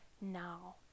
now